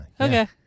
Okay